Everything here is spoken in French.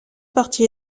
partie